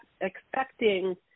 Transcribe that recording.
expecting